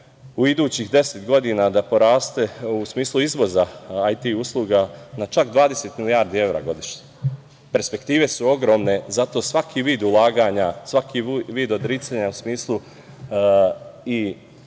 u idućih deset godina da porast, u smislu izvoza IT usluga na čak 20 milijardi evra godišnje. Perspektive su ogromne, zato svaki vid ulaganja, svaki vid odricanja u smislu i